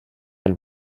elle